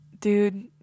Dude